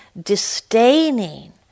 disdaining